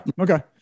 Okay